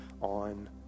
on